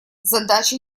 задача